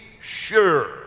sure